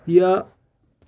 یا